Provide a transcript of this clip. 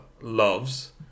loves